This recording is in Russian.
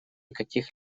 каких